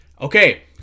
Okay